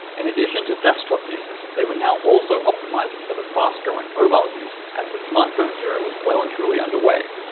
in addition to desktop users they were now also optimizing for the fast-growing mobile users as the smartphone era was well and truly underway.